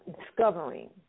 discovering